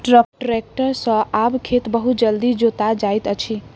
tractor सॅ आब खेत बहुत जल्दी जोता जाइत अछि